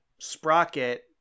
Sprocket